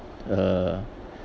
uh